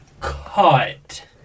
cut